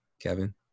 Kevin